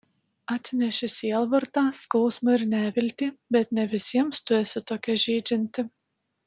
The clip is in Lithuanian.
atneši sielvartą skausmą ir neviltį bet ne visiems tu esi tokia žeidžianti